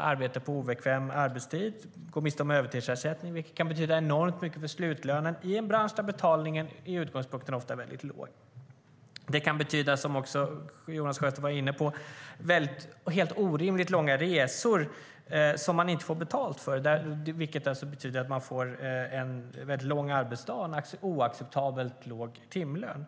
arbete på obekväm arbetstid och gå miste om övertidsersättning, vilket kan betyda enormt mycket för slutlönen - och det i en bransch där betalningen från början ofta är väldigt låg. Det kan också, som Jonas Sjöstedt var inne på, betyda helt orimligt långa resor som man inte får betalt för. Det betyder att man får en väldigt lång arbetsdag och en oacceptabelt låg timlön.